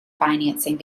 financing